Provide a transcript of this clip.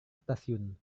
stasiun